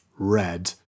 Red